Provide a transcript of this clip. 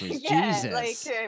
Jesus